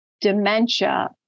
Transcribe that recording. dementia